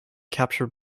capture